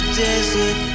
desert